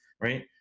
right